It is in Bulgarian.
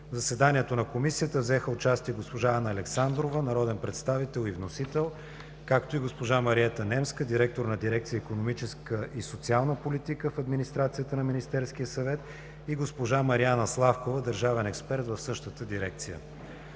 В заседанието на Комисията взеха участие: госпожа Анна Александрова – народен представител и вносител, както и госпожа Мариета Немска – директор на дирекция „Икономическа и социална политика“ в Администрацията на Министерския съвет, и госпожа Мариана Славкова – държавен експерт в същата дирекция.